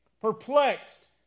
perplexed